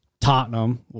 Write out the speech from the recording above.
Tottenham